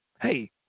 hey